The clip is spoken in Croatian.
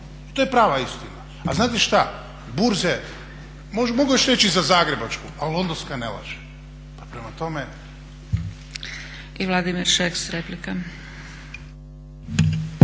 to je prava istina. A znate šta, burze, mogu još reći za zagrebačku ali londonska na laže. Pa prema tome. **Zgrebec, Dragica